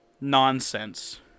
Nonsense